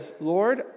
Lord